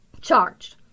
charged